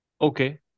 Okay